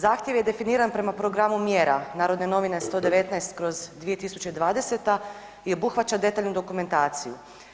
Zahtjev je definiran prema programu mjera Narodne novine 119/2020 i obuhvaća detaljnu dokumentaciju.